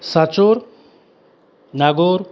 Sanchore Nagaur